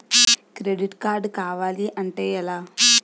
Credit card కావాలి అంటే ఎలా?